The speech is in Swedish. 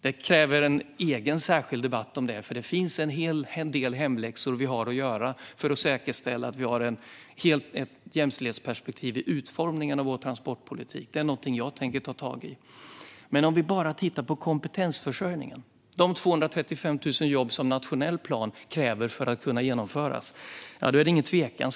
Detta kräver en egen, särskild debatt, för vi har en del hemläxor att göra för att säkerställa att vi har ett jämställdhetsperspektiv i utformningen av vår transportpolitik. Det är någonting jag tänker ta tag i. När det gäller kompetensförsörjningen för de 235 000 jobb som den nationella planen kräver för att kunna genomföras är det ingen tvekan.